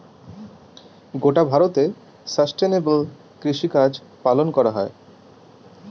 গোটা ভারতে সাস্টেইনেবল কৃষিকাজ পালন করা হয়